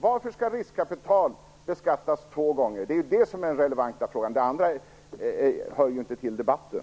Varför skall riskkapital beskattas två gånger? Det är detta som är den relevanta frågan. Det andra hör inte till debatten.